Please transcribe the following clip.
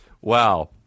Wow